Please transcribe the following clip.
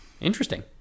interesting